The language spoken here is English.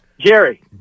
Jerry